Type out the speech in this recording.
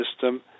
system